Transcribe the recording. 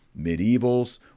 medievals